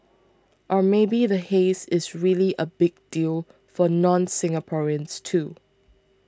or maybe the haze is really a big deal for nonSingaporeans too